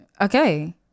Okay